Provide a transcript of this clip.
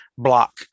Block